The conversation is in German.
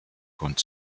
kunst